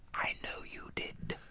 i know you did.